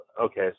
okay